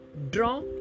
Draw